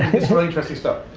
is very interesting stuff.